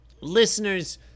listeners